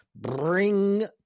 bring